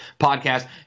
podcast